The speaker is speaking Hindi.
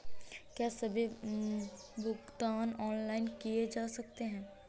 क्या सभी भुगतान ऑनलाइन किए जा सकते हैं?